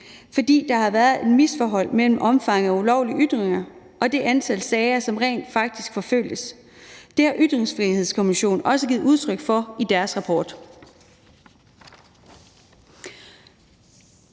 for der har været et misforhold mellem omfanget af ulovlige ytringer og det antal sager, som rent faktisk forfølges. Det har Ytringsfrihedskommissionen også givet udtryk for i sin rapport.